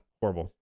horrible